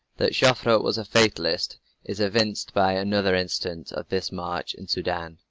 that joffre was a fatalist is evinced by another incident of this march in soudan.